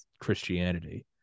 Christianity